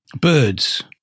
Birds